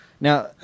Now